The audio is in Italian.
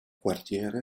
quartiere